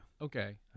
Okay